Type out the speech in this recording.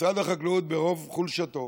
משרד החקלאות ברוב חולשתו